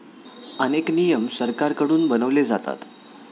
अनेक नियम सरकारकडून बनवले जातात